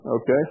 Okay